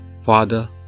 Father